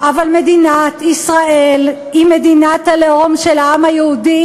אבל מדינת ישראל היא מדינת הלאום של העם היהודי,